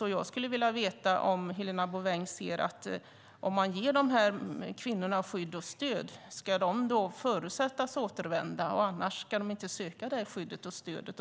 Jag skulle vilja fråga Helena Bouveng: Om man ger de här kvinnorna skydd och stöd, ska de då förutsättas återvända? Om inte, ska de då inte söka skyddet och stödet?